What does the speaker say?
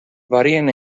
varien